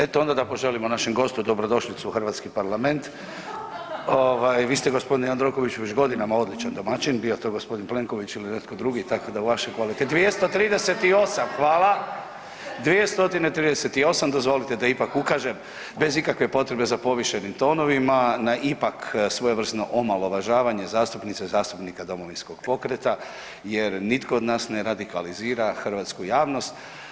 Eto onda da poželimo našem gostu dobrodošlicu u hrvatski parlament, ovaj vi ste gospodine Jandrokoviću već godinama odličan domaćin bio to gospodin Plenković ili netko drugi, tako da o vašoj kvaliteti, 238. hvala, 238. dozvolite da ipak ukažem bez ikakve potrebe za povišenim tonovima na ipak svojevrsno omalovažavanje zastupnice i zastupnika Domovinskog pokreta jer nitko od nas ne radikalizira hrvatsku javnost.